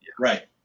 Right